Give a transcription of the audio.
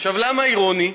למה אירוני?